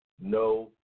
no